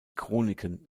chroniken